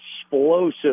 explosive